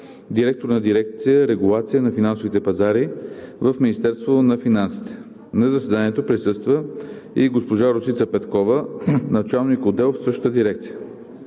директор на дирекция „Регулация на финансовите пазари“ в Министерство на финансите. На заседанието присъства и госпожа Росица Петкова – началник на отдел в същата дирекция.